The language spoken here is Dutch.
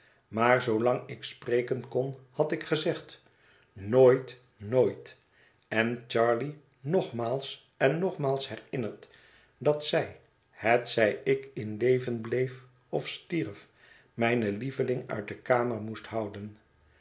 maar zoolang ik spreken kon had ik gezegd nooit nooit en charley nogmaals en nogmaals herinnerd dat zij hetzij ik in leven bleef of stierf mijne lievelinge uit de kamer moest houden